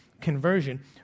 conversion